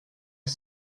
est